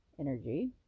energy